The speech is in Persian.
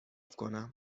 کنم